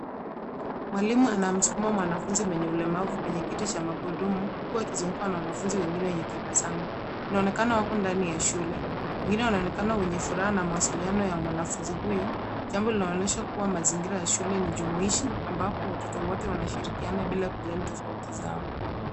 Mwalimu anamsukuma mwanafunzi mwenye ulemavu kwenye kiti cha magurudumu, huku akizungukwa na wanafunzi wengine wenye tabasamu. Inaonekana wapo ndani ya shule. Wengine wanaonekana wenye furaha na mawasiliano ya mwanafunzi huyo, jambo linaloonyesha kua mazingira ya shule ni jumuishi, ambapo watoto wote wanashirikiana bila kujali tofauti zao.